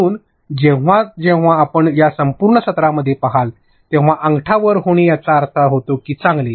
म्हणून जेव्हा जेव्हा आपण या संपूर्ण सत्रामध्ये पहाल तेव्हा अंगठा वर होणे अर्थ असा होतो की चांगले